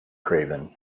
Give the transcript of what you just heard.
craven